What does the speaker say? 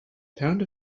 pound